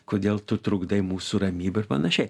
kodėl tu trukdai mūsų ramybę ir panašiai